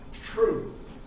truth